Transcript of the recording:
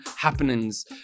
happenings